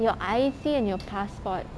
your I_C and your passport